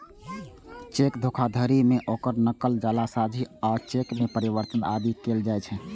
cheque धोखाधड़ी मे ओकर नकल, जालसाजी आ चेक मे परिवर्तन आदि कैल जाइ छै